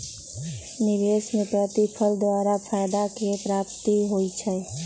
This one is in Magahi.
निवेश में प्रतिफल द्वारा फयदा के प्राप्ति होइ छइ